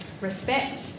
respect